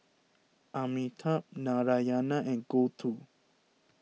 Amitabh Narayana and Gouthu